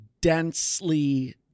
densely